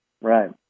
Right